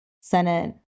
Senate